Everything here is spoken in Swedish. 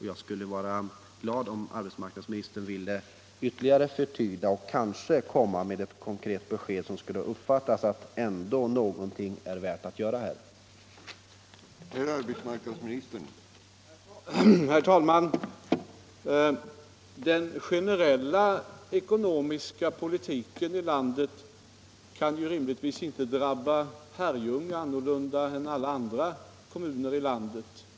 Jag vore glad om arbetsmarknadsministern ville ytterligare förtydliga detta och komma med ett besked som kunde uppfattas så att det ändå är värt att göra någonting nu för Herrljunga och dess befolkning.